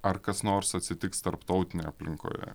ar kas nors atsitiks tarptautinėj aplinkoje